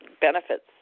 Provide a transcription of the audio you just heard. benefits